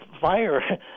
fire